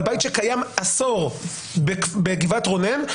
על בית שקיים עשור בגבעת רונן,